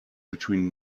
between